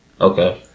Okay